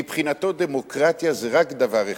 מבחינתו דמוקרטיה זה רק דבר אחד: